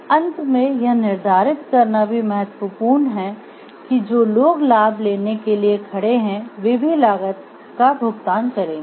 अंत में यह निर्धारित करना भी महत्वपूर्ण है कि जो लोग लाभ लेने के लिए खड़े हैं वे भी लागत का भुगतान करेंगे